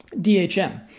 DHM